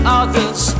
others